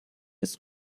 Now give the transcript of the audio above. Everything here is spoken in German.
ist